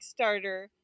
Kickstarter